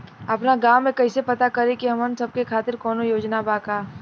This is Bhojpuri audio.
आपन गाँव म कइसे पता करि की हमन सब के खातिर कौनो योजना बा का?